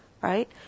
right